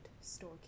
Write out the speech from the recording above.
store